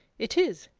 it is,